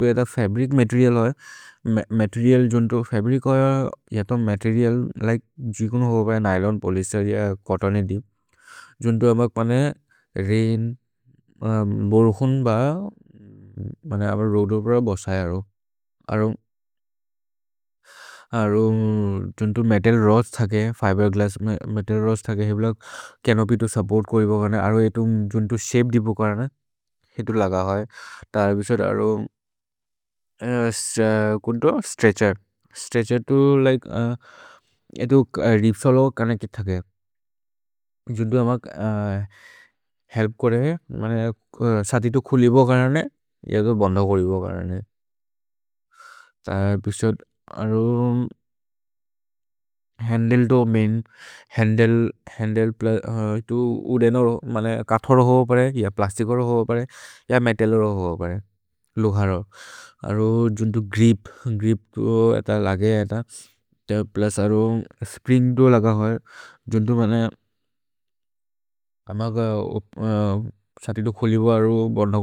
तो ऐत fabric material होये, मतेरिअल् जुन्तो फब्रिच् होये यत मतेरिअल् लिके जिकुन् हो भये न्य्लोन्, पोल्येस्तेर् य चोत्तोने दिप्, जुन्तो अमक् पने रैन्। भोर्हुन् ब मने अबर् रोअद् ओवेर बसय अरो। अरो जुन्तो मेतल् रोद्स् थके, फिबेर्ग्लस्स् मेतल् रोद्स् थके, हेब्ल चनोप्य् तो सुप्पोर्त् करिब करने। अरो एतु जुन्तो शपे दिपो करने, हितु लग होये, त अबिसोद् अरो कुन्तो स्त्रेत्छेर्, स्त्रेत्छेर् तो लिके एतु रिप् सोलो करने कित् थके, जुन्तो अमक् हेल्प् करे, मने सति तो खुलिब करने, ये तो बन्ध करिब करने। त अबिसोद् अरो हन्द्ले तो मैन्, हन्द्ले प्लुस् एतु उदेनर्, मने कथर् हो भये, य प्लस्तिकर् हो भये। य मेतलर् हो भये, लोघरर्, अरो जुन्तो ग्रिप्, ग्रिप् तो ऐत लगे ऐत, प्लुस् अरो स्प्रिन्ग् तो लग होये, जुन्तो मने अमक् सति तो खुलिब अरो बन्ध करिब करने।